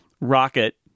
rocket